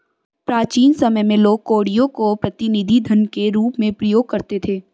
प्राचीन समय में लोग कौड़ियों को प्रतिनिधि धन के रूप में प्रयोग करते थे